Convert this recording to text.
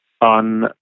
on